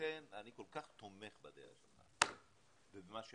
לכן אני כל כך תומך בדרך שלך ובמה שאמרת,